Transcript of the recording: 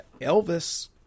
Elvis